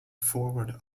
forward